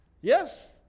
Yes